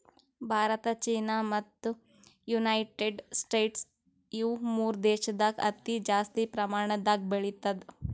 ಭಾರತ ಚೀನಾ ಮತ್ತ್ United States ಇವ್ ಮೂರ್ ದೇಶದಾಗ್ ಹತ್ತಿ ಜಾಸ್ತಿ ಪ್ರಮಾಣದಾಗ್ ಬೆಳಿತದ್